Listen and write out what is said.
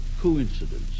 coincidence